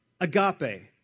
agape